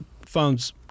phones